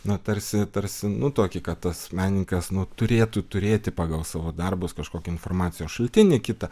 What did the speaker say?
na tarsi tarsi nutuoki kad tas menininkas turėtų turėti pagal savo darbus kažkokį informacijos šaltinį kitą